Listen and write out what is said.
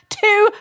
two